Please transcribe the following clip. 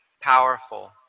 powerful